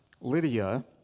Lydia